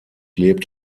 lebt